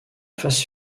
phase